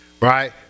right